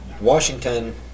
Washington